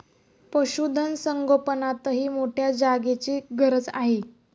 पशुधन संगोपनातही मोठ्या जागेची गरज आहे